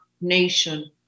nation